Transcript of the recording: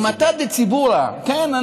אימתא דציבורא, כן.